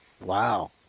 Wow